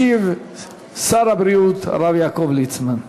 ישיב שר הבריאות, הרב יעקב ליצמן.